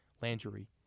Landry